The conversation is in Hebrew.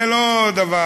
זה לא דבר,